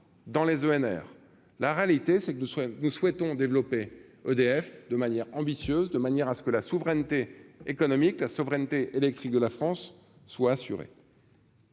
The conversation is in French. dans les ENR, la réalité c'est que nous soyons, nous souhaitons développer EDF de manière ambitieuse de manière à ce que la souveraineté économique la souveraineté électrique de la France soit assurée.